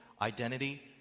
identity